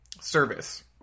service